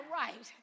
right